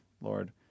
Lord